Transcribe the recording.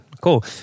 Cool